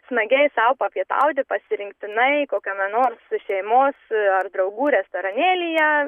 smagiai sau papietauti pasirinktinai kokiame nors šeimos ar draugų restoranėlyje